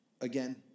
again